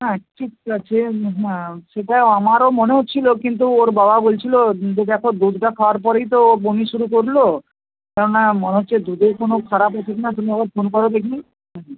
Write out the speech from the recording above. হ্যাঁ ঠিক আছে হাঁ সেটা আমারও মনে হচ্ছিলো কিন্তু ওর বাবা বলছিলো যে দেখো দুধটা খাওয়ার পরেই তো ও বমি শুরু করলো কেননা মনে হচ্ছে দুধেই কোনো খারাপ আছে কিনা তুমি একবার ফোন করো দেখি হুম